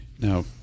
Now